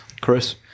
Chris